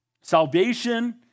salvation